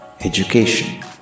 Education